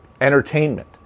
Entertainment